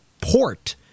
port